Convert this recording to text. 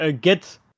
get